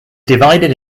divided